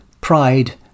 pride